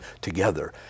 together